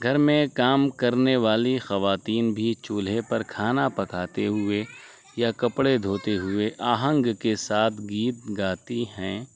گھر میں کام کرنے والی خواتین بھی چولہے پر کھانا پکاتے ہوئے یا کپڑے دھوتے ہوئے آہنگ کے ساتھ گیت گاتی ہیں